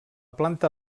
planta